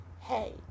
hey